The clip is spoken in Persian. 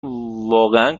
واقعا